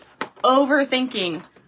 overthinking